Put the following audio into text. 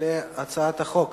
הצעת חוק